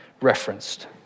referenced